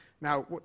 Now